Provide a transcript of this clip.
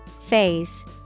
Phase